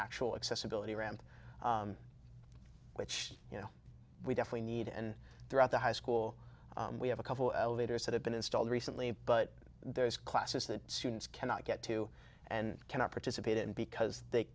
actual accessibility ramp which you know we definitely need and throughout the high school we have a couple elevators that have been installed recently but there's classes that students cannot get to and cannot participate in because they